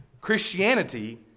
Christianity